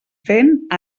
fent